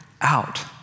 out